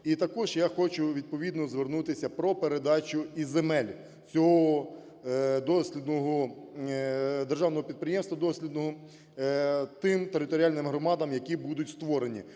І також я хочу відповідно звернутися про передачу і земель цього державного підприємства дослідного тим територіальним громадам, які будуть створені,